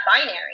binary